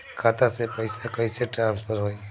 खाता से पैसा कईसे ट्रासर्फर होई?